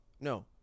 no